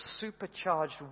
supercharged